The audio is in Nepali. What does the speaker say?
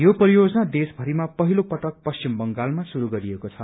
यो परियोजना देशभरिमा पहिलो पटक पश्चिम बंगालमा शुरू गरिएको छ